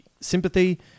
sympathy